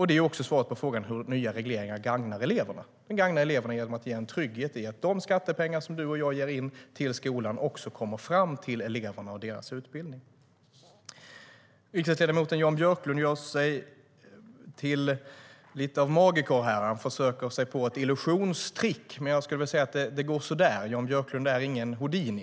Det är också svaret på frågan hur nya regleringar gagnar eleverna: De gagnar eleverna genom att de ger en trygghet i att de skattepengar som du och jag ger in till skolan också kommer fram till eleverna och deras utbildning. Riksdagsledamoten Jan Björklund gör sig till något av en magiker här och försöker sig på ett illusionstrick, men jag skulle vilja säga att det inte går något vidare. Jan Björklund är ingen Houdini.